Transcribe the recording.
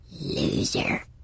Loser